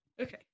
okay